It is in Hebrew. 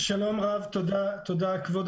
שלום רב, תודה כבוד